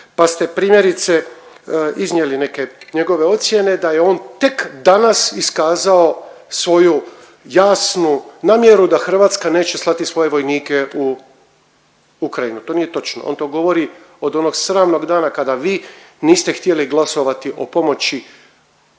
pa ste primjerice iznijeli neke njegove ocjene da je on tek danas iskazao svoju jasnu namjeru da Hrvatska neće slati svoje vojnike u Ukrajinu. To nije točno, on to govori od onog sramnog dana kada vi niste htjeli glasovati o pomoći